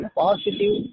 positive